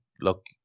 Look